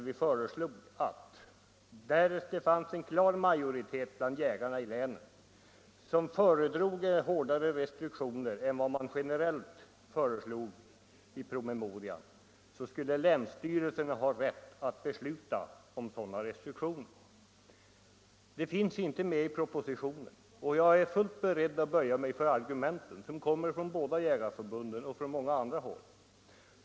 Vi föreslog att därest det fanns en klar majoritet bland jägarna i länet som föredrog hårdare restriktioner än man generellt föreslog i promemorian så skulle länsstyrelsen ha rätt att besluta om sådana restriktioner. Detta finns inte med i propositionen. Jag är fullt beredd att böja mig för argumenten som kommer från båda jägarförbunden och från många andra håll.